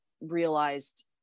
realized